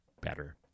better